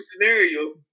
scenario